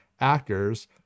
actors